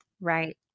Right